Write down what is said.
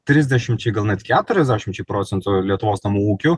trisdešimčiai gal net keturiasdešimčiai procentų lietuvos namų ūkių